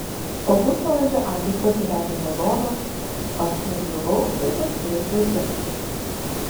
po pusvalandžio akys pasidarė raudonos aš nudžiūvau ir pasiruošiau teptis